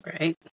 Right